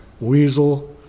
Weasel